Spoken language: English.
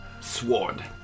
Sword